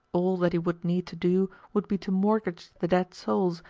all that he would need to do would be to mortgage the dead souls,